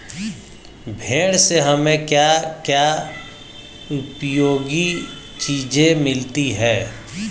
भेड़ से हमें क्या क्या उपयोगी चीजें मिलती हैं?